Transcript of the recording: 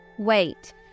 Wait